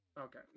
okay